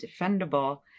defendable